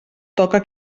toca